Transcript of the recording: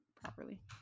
properly